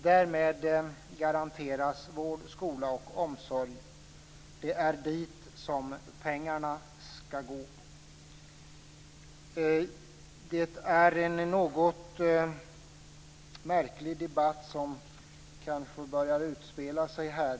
Därmed garanteras vård, skola och omsorg. Det är dit som pengarna skall gå. Det är en något märklig debatt som börjar utspela sig här.